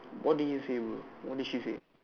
what did you say bro what did she say